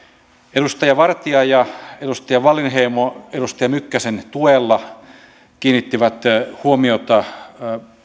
edustaja vartia ja edustaja wallinheimo edustaja mykkäsen tuella kiinnittivät huomiota